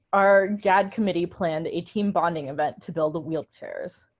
our gaad committee planned a team bonding event to build wheelchairs.